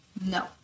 No